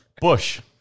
Bush